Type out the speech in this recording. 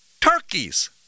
turkeys